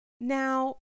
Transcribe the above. Now